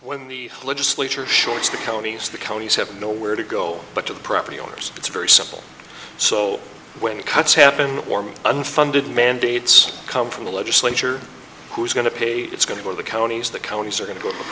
when the legislature shorts the counties the counties have nowhere to go but to the property owners it's very simple so when the cuts happen or me unfunded mandates come from the legislature who's going to pay it's going to go to the counties the counties are going to go